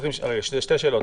יש לנו שתי שאלות.